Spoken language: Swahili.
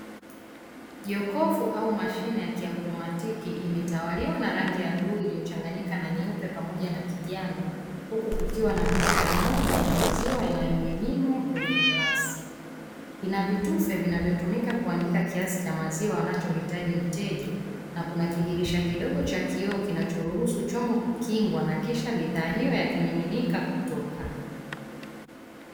Jokofu au mashine ya kiotomatiki imetawaliwa na rangi ya bluu iliyochanganyika na nyeupe pamoja na kijani, huku kukiwa na picha ya ng'ombe na maziwa yanayomiminwa kwenye glasi, ina vitufe vinavyotumika kuandika kiasi cha maziwa anachohitaji mteja na kuna kidirisha kidogo cha kioo kinachoruhusu chombo kukingwa na kisha bidhaa hiyo ya kimiminika kutoka.